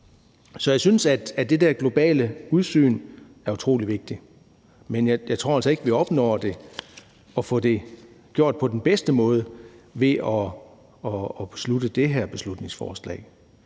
Så jeg synes, at det der globale udsyn er utrolig vigtigt. Men jeg tror altså ikke, at vi opnår det og får det gjort på den bedste måde ved at vedtage det her beslutningsforslag.